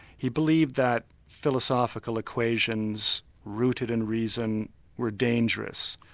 he believed that philosophical equations rooted in reason were dangerous.